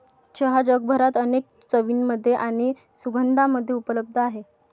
चहा जगभरात अनेक चवींमध्ये आणि सुगंधांमध्ये उपलब्ध आहे